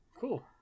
Cool